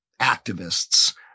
activists—